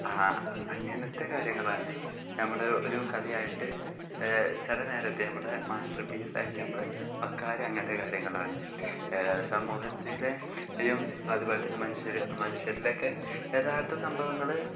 ആ അങ്ങനത്തെ കാര്യങ്ങളാണ് നമ്മൾ ഒരു കഥയായിട്ട് ചില നേരത്ത് നമ്മൾ മാസ്റ്റർ പീസ് ആയിട്ട് നമ്മൾ മക്കാര് അങ്ങനത്തെ കാര്യങ്ങളാണ് സമൂഹത്തിലെയും അതുപോലെ തന്നെ മനുഷ്യർ മനുഷ്യരിലേക്ക് യഥാർത്ഥ സംഭവങ്ങൾ